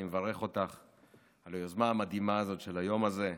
אני מברך אותך על היוזמה המדהימה הזאת של היום הזה,